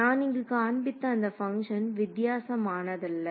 நான் இங்கு காண்பித்த அந்த பங்க்ஷன் வித்தியாசமானததல்ல